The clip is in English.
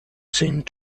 seemed